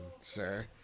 sir